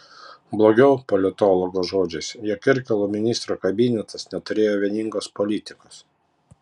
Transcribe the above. blogiau politologo žodžiais jog kirkilo ministrų kabinetas neturėjo vieningos politikos